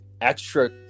extra